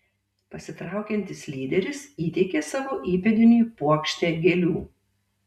pasitraukiantis lyderis įteikė savo įpėdiniui puokštę gėlių